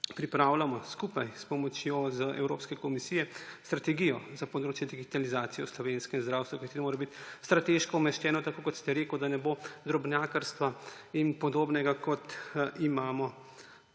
pripravljamo skupaj s pomočjo Evropske komisije strategijo za področje digitalizacije v slovenskem zdravstvu, kajti to mora biti strateško umeščeno, tako kot ste rekli, da ne bo drobnjakarstva in podobnega, kot imamo